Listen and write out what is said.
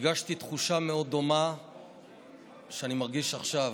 הרגשתי תחושה מאוד דומה למה שאני מרגיש עכשיו,